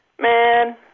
Man